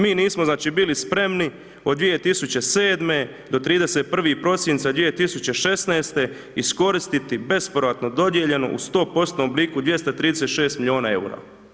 Mi nismo znači bili spremni od 2007. do 31. prosinca 2016. iskoristiti bespovratno dodijeljenu u 100%-tnom obliku 236 milijuna eura.